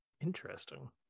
interesting